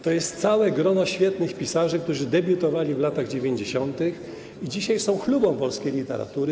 To jest całe grono świetnych pisarzy, którzy debiutowali w latach 90. i dzisiaj są chlubą polskiej literatury.